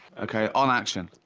okay, on action.